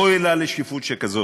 אוי לה לשקיפות שכזו,